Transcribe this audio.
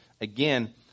Again